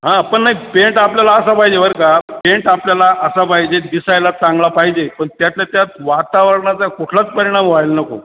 हां पण नाही प्येंट आपल्याला असा पाहिजे बर का प्येंट आपल्याला असा पाहिजे दिसायला चांगला पाहिजे पण त्यातल्या त्यात वातावरणाचा कुठलाच परिणाम व्हायला नको